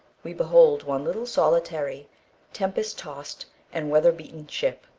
we behold one little solitary tempest-tost and weather-beaten ship